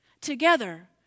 Together